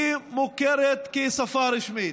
היא מוכרת כשפה רשמית.